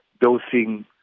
Dosing